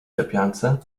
lepiance